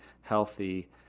healthy